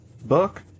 book